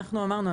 אנחנו אמרנו,